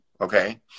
Okay